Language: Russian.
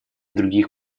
других